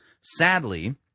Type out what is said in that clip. Sadly